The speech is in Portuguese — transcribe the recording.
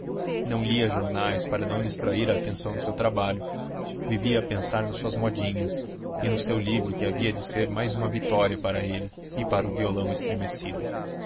não lia jornais para não distrair a atenção do seu trabalho vivia a pensar nas suas modinhas e no seu livro que havia de ser mais uma vitória para ele e para o violão estremecido